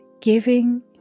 giving